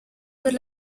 per